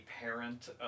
parent